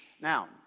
Now